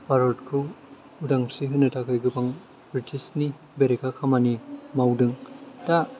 भारतखौ उदांस्रि होनो थाखाय गोबां बृतिसनि बेरेखा खामानि मावदों दा